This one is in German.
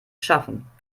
schaffen